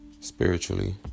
spiritually